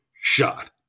shot